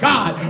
God